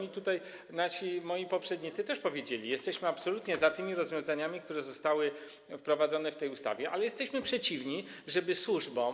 I tutaj moi poprzednicy też powiedzieli, że jesteśmy absolutnie za tymi rozwiązaniami, które zostały wprowadzone w tej ustawie, ale jesteśmy przeciwni, żeby służbom.